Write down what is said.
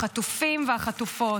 החטופים והחטופות.